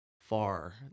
far